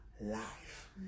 life